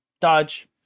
dodge